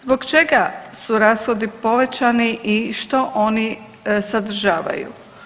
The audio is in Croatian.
Zbog čega su rashodi povećani i što oni sadržavaju?